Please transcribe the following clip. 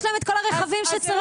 יש להם את כל הרכבים שצריך.